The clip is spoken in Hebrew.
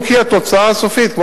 אם כי התוצאה הסופית היא,